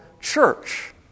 church